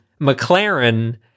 McLaren